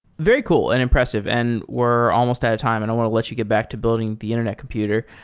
very cool and impressive, and we're almost out of time and i want to let you get back to building the internet computer.